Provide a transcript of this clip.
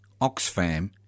Oxfam